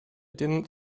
didn’t